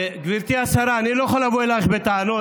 גברתי השרה, אני לא יכול לבוא אלייך בטענות.